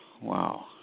Wow